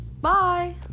bye